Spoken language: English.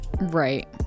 right